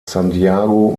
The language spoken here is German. santiago